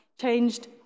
changed